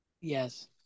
Yes